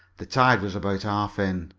the tide was about half in.